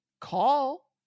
call